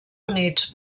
units